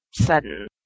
sudden